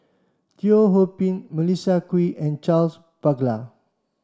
Teo Ho Pin Melissa Kwee and Charles Paglar